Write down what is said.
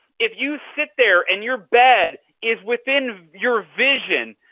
if you sit there and your bed is within your vision,